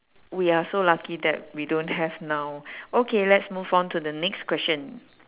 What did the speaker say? we are so lucky that we don't have now okay let's move on to the next question